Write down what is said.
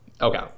okay